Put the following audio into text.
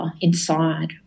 inside